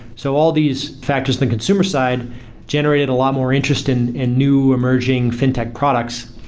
so all these factors the consumer side generated a lot more interest in in new emerging fintech products.